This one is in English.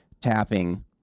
tapping